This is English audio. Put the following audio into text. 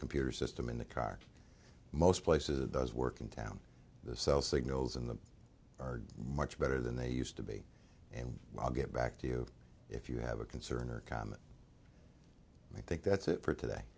computer system in the car most places those work in town the cell signals in the are much better than they used to be and i'll get back to you if you have a concern or comment i think that's it for today